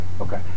Okay